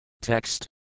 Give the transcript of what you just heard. Text